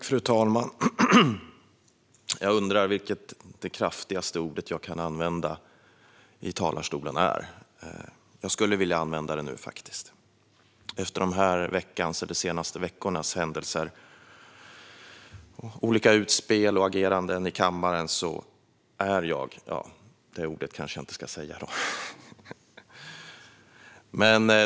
Fru talman! Jag undrar vilket som är det kraftigaste ord jag kan använda i talarstolen. Jag skulle faktiskt vilja använda det nu. Efter de senaste veckornas händelser och olika utspel och ageranden i kammaren är jag - ja, det ordet kanske jag inte ska säga då.